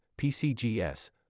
PCGS